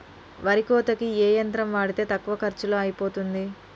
వరి కోతకి ఏ యంత్రం వాడితే తక్కువ ఖర్చులో అయిపోతుంది?